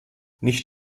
nicht